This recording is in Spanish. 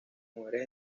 mujeres